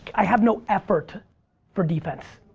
i have no effort for defense.